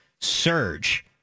surge